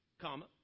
Comma